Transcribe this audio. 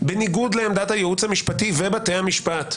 בניגוד לעמדת הייעוץ המשפטי ובתי המשפט,